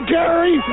Gary